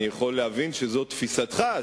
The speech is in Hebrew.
אני יכול להבין שזאת תפיסתך,